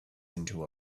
into